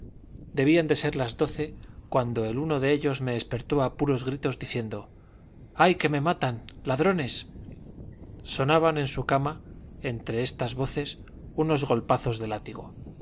debían de ser las doce cuando el uno de ellos me despertó a puros gritos diciendo ay que me matan ladrones sonaban en su cama entre estas voces unos golpazos de látigo